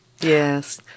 Yes